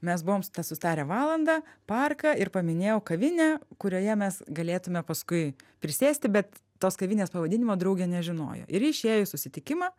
mes buvom tą sutarę valandą parką ir paminėjau kavinę kurioje mes galėtume paskui prisėsti bet tos kavinės pavadinimo draugė nežinojo ir ji išėjo į susitikimą